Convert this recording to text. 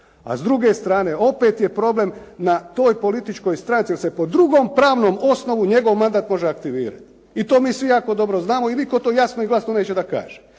A s druge strane, opet je problem na toj političkoj stranci jer se po drugom pravnom osnovu njegov mandat može aktivirati i to mi svi jako dobro znamo i nitko to jasno i glasno neće da kaže.